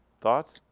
thoughts